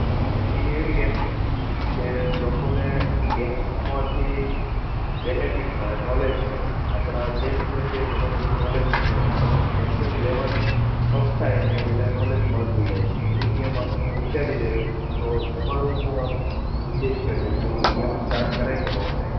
અને એ એવી ગેમ્સ કે લોકોને એ ગેમ્સ રમવાથી બેનેફિટ મળે નોલેજ મળે આપણા દેશ પ્રત્યે ઘણું નોલેજ મળે રમવાથી જેમ જેમ લેવલ અપ થાય એમ એને નોલેજ મળતું જાય એવી ગેમ આપુ હું વિચારી રહ્યો છું તો તમારું શું આમ ઉદેશ્ય છે કે એવી ગમે સ્ટાર્ટ કરાય કે ન કરાય